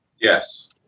Yes